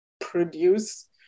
produce